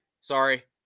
sorry